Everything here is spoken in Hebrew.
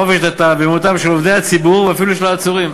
חופש דתם ואמונתם של עובדי הציבור ואפילו של העצורים.